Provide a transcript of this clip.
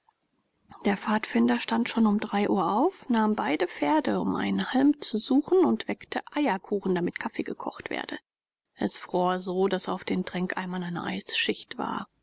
der pfadfinder stand schon um drei uhr auf nahm beide pferde um einen halm zu suchen und weckte eierkuchen damit kaffee gekocht werde es fror so daß auf den tränkeimern eine eisschicht war